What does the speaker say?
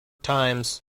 times